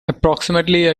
approximately